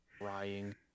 crying